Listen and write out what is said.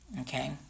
okay